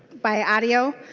by audio.